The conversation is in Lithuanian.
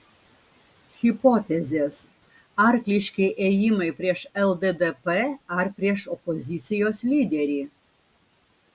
hipotezės arkliški ėjimai prieš lddp ar prieš opozicijos lyderį